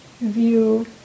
view